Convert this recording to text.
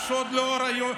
שוד לאור היום,